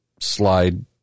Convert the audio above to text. slide